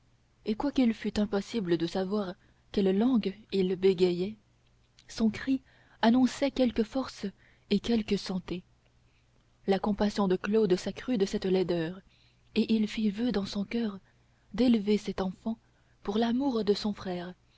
et quoiqu'il fût impossible de savoir quelle langue il bégayait son cri annonçait quelque force et quelque santé la compassion de claude s'accrut de cette laideur et il fit voeu dans son coeur d'élever cet enfant pour l'amour de son frère